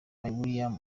willy